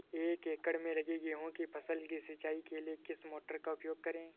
एक एकड़ में लगी गेहूँ की फसल की सिंचाई के लिए किस मोटर का उपयोग करें?